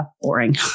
boring